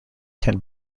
can